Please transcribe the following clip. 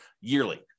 yearly